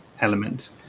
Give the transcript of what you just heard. element